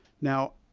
now,